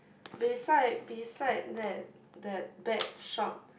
beside beside that that bet shop